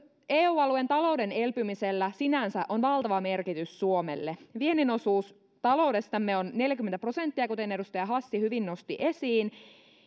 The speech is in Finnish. eu alueen talouden elpymisellä sinänsä on valtava merkitys suomelle viennin osuus taloudestamme on neljäkymmentä prosenttia kuten edustaja hassi hyvin nosti esiin